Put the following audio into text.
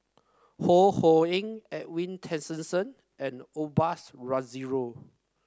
Ho Ho Ying Edwin Tessensohn and Osbert Rozario